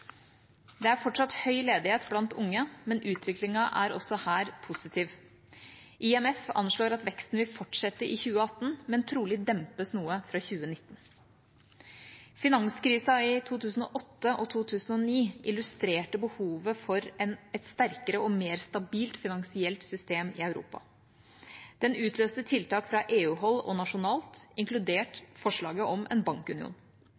Det er fortsatt høy ledighet blant unge, men utviklingen er også her positiv. IMF anslår at veksten vil fortsette i 2018, men trolig dempes noe fra 2019. Finanskrisen i 2008 og 2009 illustrerte behovet for et sterkere og mer stabilt finansielt system i Europa. Den utløste tiltak fra EU-hold og nasjonalt, inkludert forslaget om en bankunion.